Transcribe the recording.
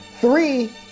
Three